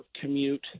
commute